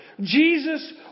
Jesus